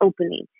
opening